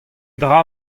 dra